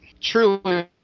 Truly